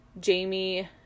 Jamie